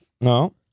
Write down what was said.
No